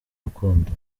rukundo